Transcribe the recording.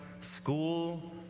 school